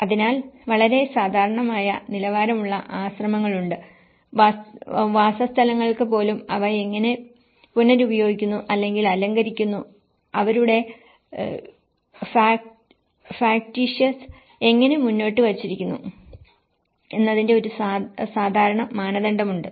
അതിനാൽ വളരെ സാധാരണമായ നിലവാരമുള്ള ആശ്രമങ്ങളുണ്ട് വാസസ്ഥലങ്ങൾക്ക് പോലും അവ എങ്ങനെ പുനരുപയോഗിക്കുന്നു അല്ലെങ്കിൽ അലങ്കരിക്കുന്നു അവരുടെ ഫാക്ടിയ്സ് എങ്ങനെ മുന്നോട്ട് വച്ചിരിക്കുന്നു എന്നതിന്റെ ഒരു സാധാരണ മാനദണ്ഡമുണ്ട്